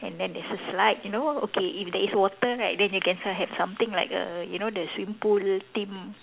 and then there's a slide you know okay if there is water right then they can still have something like a you know the swimming pool theme